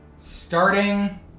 starting